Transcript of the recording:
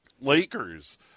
Lakers